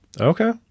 Okay